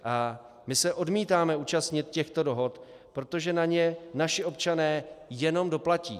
A my se odmítáme účastnit těchto dohod, protože na ně naši občané jenom doplatí.